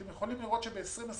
אתם יכולים לראות שב-2021